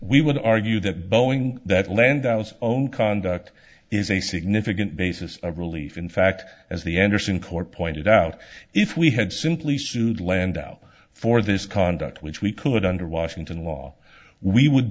we would argue that boeing that landau's own conduct is a significant basis of relief in fact as the enderson court pointed out if we had simply sued lando for this conduct which we could under washington law we would